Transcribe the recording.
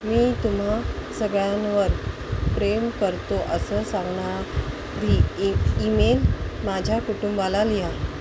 मी तुम्हा सगळ्यांवर प्रेम करतो असं सांगणा री एक ईमेल माझ्या कुटुंबाला लिहा